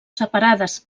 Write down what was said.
separades